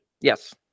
Yes